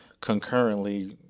concurrently